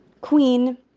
Queen